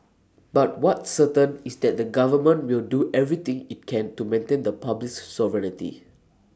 but what's certain is that the government will do everything IT can to maintain the republic's sovereignty